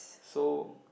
so